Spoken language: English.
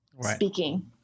speaking